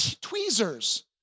tweezers